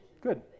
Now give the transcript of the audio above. good